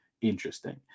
interesting